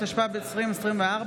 התשפ"ד 2024,